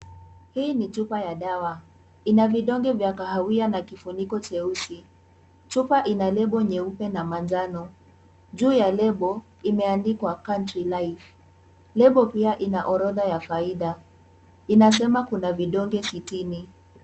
Hii ni chupa ya dawa. Ina vidonge vya kahawia na kifuniko cheusi. Chupa ina lebo nyeupe na manjano, juu ya lebo imeandikwa country Life . Lebo pia ina orodha ya faida. inasema kuna vidonge sitini.